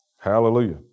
Hallelujah